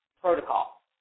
protocol